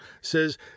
says